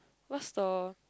what's the